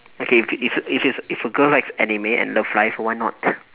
okay if it if it if it's if a girl likes anime and love live why not